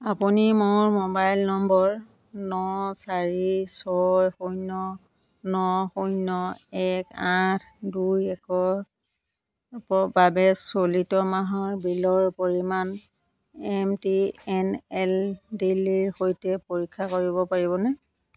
আপুনি মোৰ mobile number ন চাৰি ছয় শূন্য ন শূন্য এক আঠ দুই একৰ একৰ বাবে চলিত মাহৰ বিলৰ পৰিমাণ এম টি এন এল দিল্লীৰ সৈতে পৰীক্ষা কৰিব পাৰিবনে